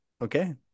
Okay